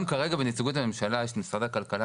גם כרגע בנציגות הממשלה יש משרד הכלכלה,